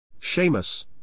Seamus